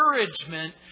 encouragement